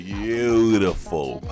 beautiful